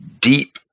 deep